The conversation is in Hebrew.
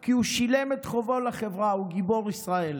כי הוא שילם את חובו לחברה, הוא גיבור ישראל.